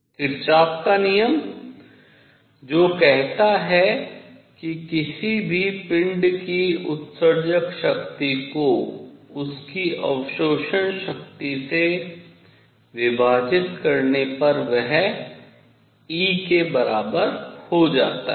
Kirchhoff का नियम जो कहता है कि किसी भी पिंड की उत्सर्जक शक्ति को उसकी अवशोषण शक्ति से विभाजित करने पर वह E के बराबर होता है